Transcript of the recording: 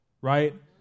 right